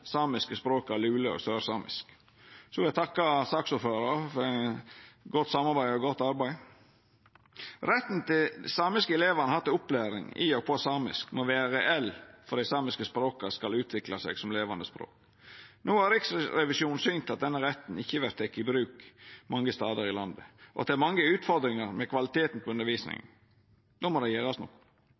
samiske språka, lulesamisk og sørsamisk. Så vil eg takka saksordføraren for godt samarbeid og godt arbeid. Retten dei samiske elevane har til opplæring i og på samisk, må vera reell for at dei samiske språka skal utvikla seg som levande språk. No har Riksrevisjonen synt at denne retten ikkje vert teken i bruk mange stader i landet, og at det er mange utfordringar med kvaliteten på undervisninga. No må det gjerast noko.